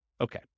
Okay